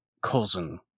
cousin